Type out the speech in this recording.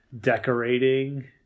decorating